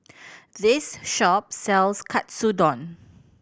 this shop sells Katsudon